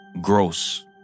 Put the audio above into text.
gross